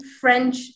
French